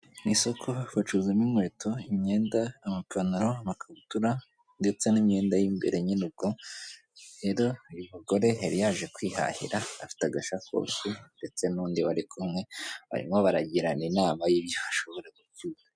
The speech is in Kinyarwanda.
Ni isoko bacuruzamo inkweto, imyenda, amapantaro, amakabutura ndetse n'imyenda y'imbere nyine ubwo rero uy'umugore yari yaje kwihahira, afite agasakoshi ndetse n'undi bari kumwe barimo baragirana inama y'ibyo bashobora gucyura.